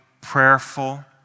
prayerful